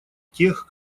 тех